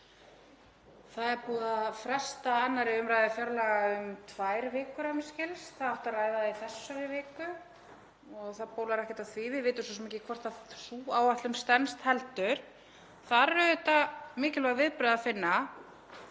Það er búið að fresta 2. umræðu fjárlaga um tvær vikur að mér skilst. Það átti að ræða þau í þessari viku og það bólar ekkert á því. Við vitum svo sem ekki hvort sú áætlun stenst heldur. Þar eru auðvitað mikilvæg viðbrögð að finna